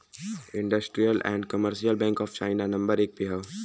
industrial and commercial bank of China number एक पे हौ